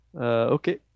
Okay